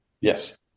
Yes